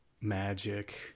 magic